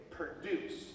produce